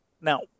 Now